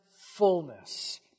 fullness